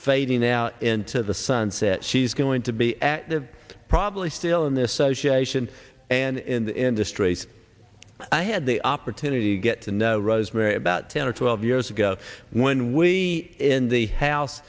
fading out into the sunset she's going to be active probably still in there so she ation and industries i had the opportunity to get to know rosemary about ten or twelve years ago when we in the house